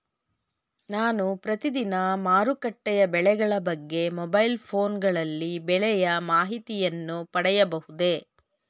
ನಾನು ಪ್ರತಿದಿನ ಮಾರುಕಟ್ಟೆಯ ಬೆಲೆಗಳ ಬಗ್ಗೆ ಮೊಬೈಲ್ ಫೋನ್ ಗಳಲ್ಲಿ ಬೆಲೆಯ ಮಾಹಿತಿಯನ್ನು ಪಡೆಯಬಹುದೇ?